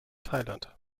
thailand